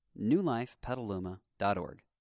newlifepetaluma.org